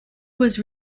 was